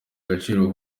agaciro